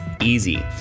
easy